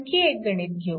आणखी एक गणित घेऊ